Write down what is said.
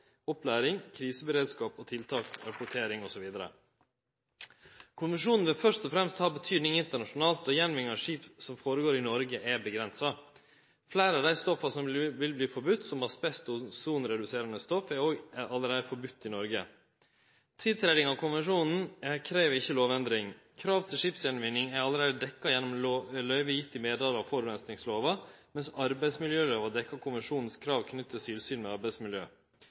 opplæring, kriseberedskap og -tiltak, rapportering osv. Konvensjonen vil først og fremst vere viktig internasjonalt, då gjenvinning av skip som går føre seg i Noreg, er avgrensa. Fleire av dei stoffa som vil verte forbode, som asbest og ozonreduserande stoff, er allereie forbode i Noreg. Tiltreding av konvensjonen krev ikkje lovendring. Krav til skipsgjenvinning er allereie dekt gjennom løyve gitt i forureiningslova, mens arbeidsmiljølova dekkjer konvensjonens krav knytt til tilsyn med arbeidsmiljø.